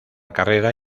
carrera